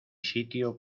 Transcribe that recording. sitio